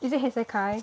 is it isekai